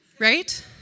right